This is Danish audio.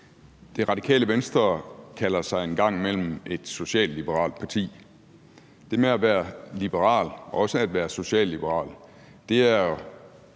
Radikale Venstre kalder sig en gang imellem et socialliberalt parti. Det med at være liberal, også at være socialliberal, er at